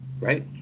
right